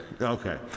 Okay